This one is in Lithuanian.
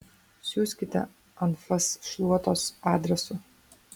siųskite anfas šluotos adresu